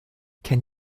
can